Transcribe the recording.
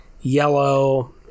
yellow